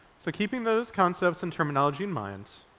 so keeping those concepts and terminology in mind,